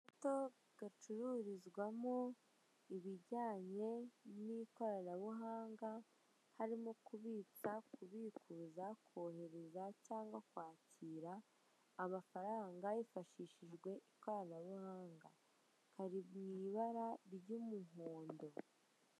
Gato gacururizwamo ibijyanye n'ikoranabuhanga harimo kubitsa, kubikuza, kohereza cyangwa kwakira amafaranga hifashishijwe ikoranabuhanga kari mu ibara ry'umuhondo.